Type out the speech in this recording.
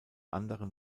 anderen